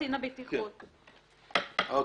טוב.